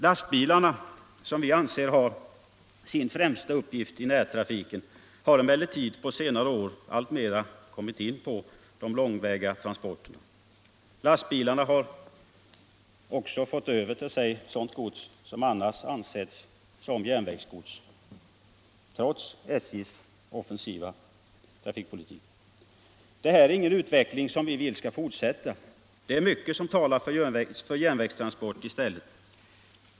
Lastbilarna, som vi anser har sin främsta uppgift i närtrafiken, har emellertid på senare år alltmera kommit in på de långväga transporterna. Lastbilarna har också fått över till sig sådant gods som annars ansetts som järnvägsgods, trots SJ:s offensiva trafikpolitik. Det här är ingen utveckling som vi vill skall fortsätta. Det är mycket Trafikpolitiken Trafikpolitiken som talar för järnvägstransport i stället.